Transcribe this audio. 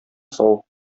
сау